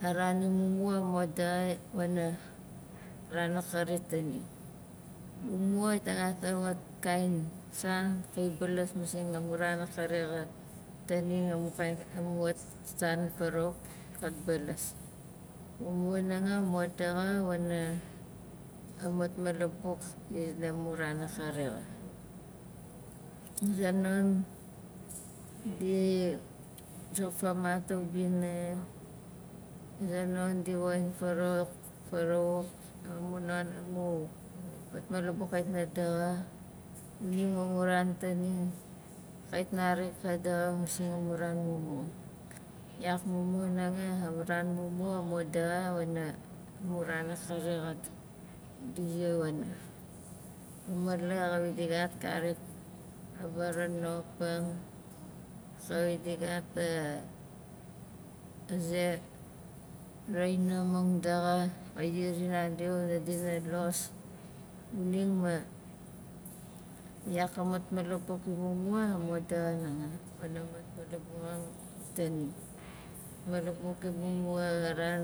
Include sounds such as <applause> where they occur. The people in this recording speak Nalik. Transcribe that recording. A ran imumua mo dai wana ran akari taning mumua xait na gat a wat kain san kai balas masing amu ran akari xa taning amu kain amu wat s- san farawauk kat balas mumua nanga mo daxa wana a matmalabuk ina mu ran akari xa a zonon di zofamat a ubina, a zonon di woxin farawauk farawauk, amu non amu matmalabuk kait na daxa xuning ma mun ran taning kait nari ka daxa masing amu ran mumua yak mumua hanga amu ran mumua mo daxa wana amu ran akari x- at di zi wana a mala xawit di gat karik a varanopang kawit di gat <hesitation> a ze- ra inaxamang daxa kait zi zinandi wana dina los xuning ma, yak a matmalabuk imumua mo daxa hanga pana matmalabuxang taning matmalabuk imumua a ran